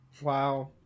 Wow